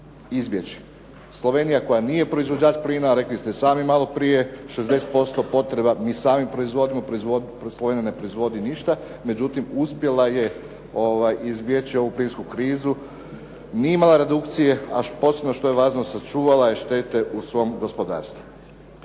izbjeći. Slovenija koja nije proizvođač plina, a rekli ste sami maloprije, 60% potreba mi sami proizvodimo, Slovenija ne proizvodi ništa, međutim uspjela je izbjeći ovu plinsku krizu, nije imala redukcije, a posebno što je važno, sačuvala je štete u svom gospodarstvu.